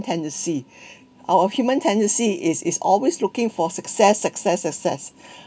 tendency our human tendency is is always looking for success success success